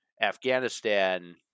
Afghanistan